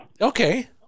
Okay